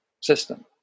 system